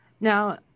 Now